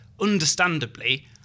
understandably